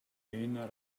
inner